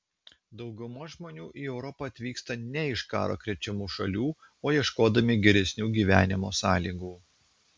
dauguma žmonių į europą atvyksta ne iš karo krečiamų šalių o ieškodami geresnių gyvenimo sąlygų